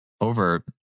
over